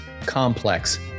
complex